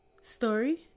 Story